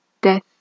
Death